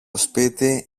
σπίτι